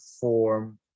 form